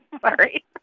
Sorry